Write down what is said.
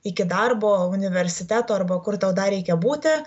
iki darbo universiteto arba kur tau dar reikia būti